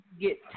get